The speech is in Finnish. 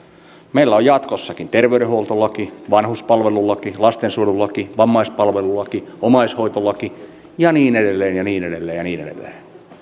meillä on jatkossakin terveydenhuoltolaki vanhuspalvelulaki lastensuojelulaki vammaispalvelulaki omaishoitolaki ja niin edelleen ja niin edelleen ja niin edelleen